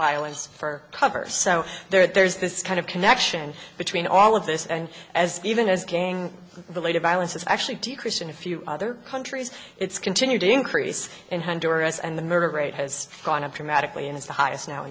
violence for cover so there's this kind of connection between all of this and as even as gang related violence has actually decreased in a few other countries it's continued to increase in hunter s and the murder rate has gone up dramatically and is the highest now